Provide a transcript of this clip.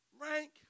rank